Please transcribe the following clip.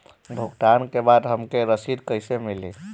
भुगतान के बाद हमके रसीद कईसे मिली?